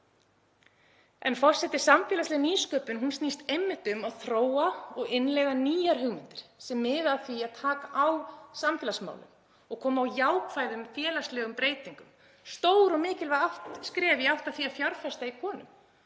Forseti. Samfélagsleg nýsköpun snýst einmitt um að þróa og innleiða nýjar hugmyndir sem miða að því að taka á samfélagsmálum og koma á jákvæðum félagslegum breytingum, stór og mikilvæg skref í átt að því að fjárfesta í konum